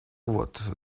вот